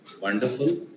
wonderful